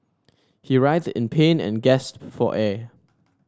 he writhed in pain and gasped for air